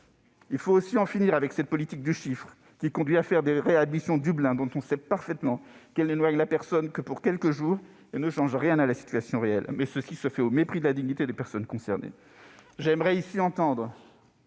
Il faut enfin en finir avec la politique du chiffre, qui conduit à faire des réadmissions « Dublin », dont on sait parfaitement qu'elles n'éloignent la personne que pour quelques jours, ce qui ne change rien à la situation réelle. Tout cela se fait au mépris de la dignité des personnes concernées ! J'aimerais tant entendre